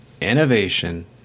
innovation